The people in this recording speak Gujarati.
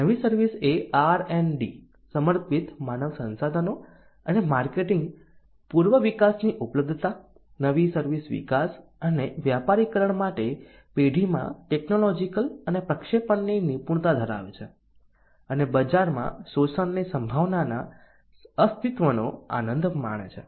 નવી સર્વિસ એ R અને D સમર્પિત માનવ સંસાધનો અને માર્કેટિંગ પૂર્વવિકાસની ઉપલબ્ધતા નવી સર્વિસ વિકાસ અને વ્યાપારીકરણ માટે પેઢીમાં ટેકનોલોજીકલ અને પ્રક્ષેપણની નિપુણતા ધરાવે છે અને બજારમાં શોષણની સંભાવનાના અસ્તિત્વનો આનંદ માણે છે